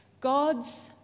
God's